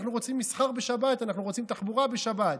אנחנו רוצים מסחר בשבת, אנחנו רוצים תחבורה בשבת.